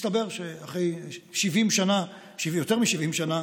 מסתבר שאחרי 70 שנה, יותר מ-70 שנה,